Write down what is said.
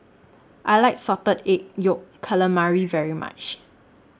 I like Salted Egg Yolk Calamari very much